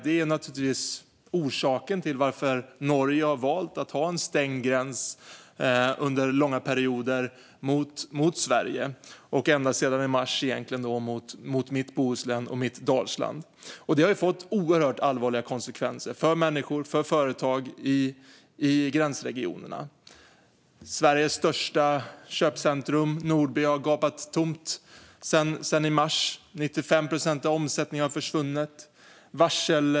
Det är naturligtvis orsaken till att Norge har valt att ha en stängd gräns under långa perioder mot Sverige och egentligen ända sedan i mars mot mitt Bohuslän och mitt Dalsland. Detta har fått oerhört allvarliga konsekvenser för människor och företag i gränsregionerna. Sveriges största köpcentrum, Nordby, har gapat tomt sedan i mars. 95 procent av omsättningen har försvunnit.